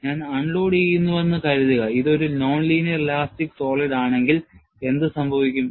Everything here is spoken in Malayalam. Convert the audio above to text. ഞാൻ അൺലോഡുചെയ്യുന്നുവെന്ന് കരുതുക ഇത് ഒരു non linear ഇലാസ്റ്റിക് സോളിഡ് ആണെങ്കിൽ എന്ത് സംഭവിക്കും